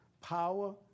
Power